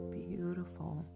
beautiful